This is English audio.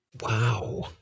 Wow